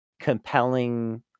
compelling